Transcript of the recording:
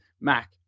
Mac